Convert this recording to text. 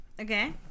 Okay